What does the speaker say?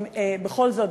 בכל זאת,